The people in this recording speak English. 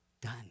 done